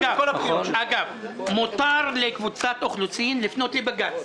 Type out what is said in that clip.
אגב, מותר לקבוצת אוכלוסין לפנות לבג"ץ.